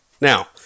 Now